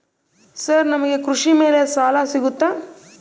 Sir ನಮಗೆ ಕೃಷಿ ಮೇಲೆ ಸಾಲ ಸಿಗುತ್ತಾ?